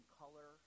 color